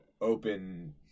open